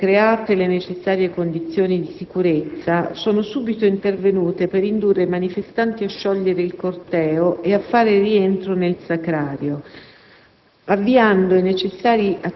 Le forze dell'ordine, create le necessarie condizioni di sicurezza, sono subito intervenute per indurre i manifestanti a sciogliere il corteo e a fare rientro nel Sacrario,